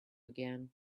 again